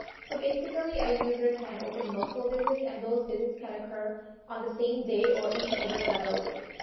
so, basically a user can open multiple visits and those visits can occur on the same day or even over several days.